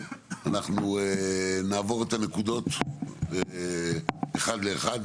אנחנו נעבור את הנקודות אחד לאחד,